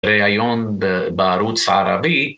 ראיון בערוץ הערבי